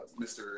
Mr